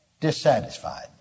dissatisfied